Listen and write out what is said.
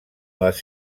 les